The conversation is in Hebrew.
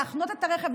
להחנות את הרכב,